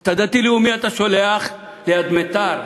את הדתי-לאומי אתה שולח ליד מיתר,